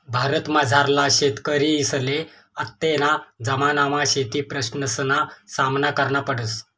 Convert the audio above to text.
भारतमझारला शेतकरीसले आत्तेना जमानामा शेतीप्रश्नसना सामना करना पडस